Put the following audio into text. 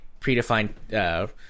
predefined